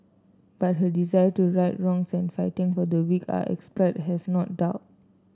but her desire to right wrongs and fight for the weak are exploited has not dulled